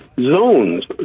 zones